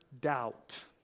doubt